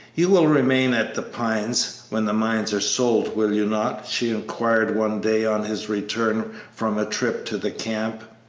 you will remain at the pines when the mines are sold, will you not? she inquired one day on his return from a trip to the camp.